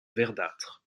verdâtre